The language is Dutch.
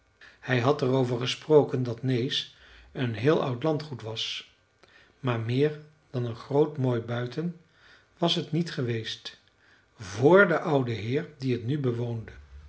hij had er over gesproken dat nääs een heel oud landgoed was maar meer dan een groot mooi buiten was het niet geweest vr de oude heer die t nu bewoonde